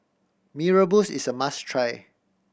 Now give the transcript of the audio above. Mee Rebus is a must try